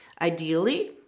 Ideally